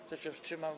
Kto się wstrzymał?